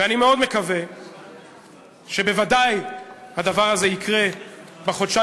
ואני מאוד מקווה שהדבר הזה יקרה בוודאי